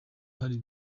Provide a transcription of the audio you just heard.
hari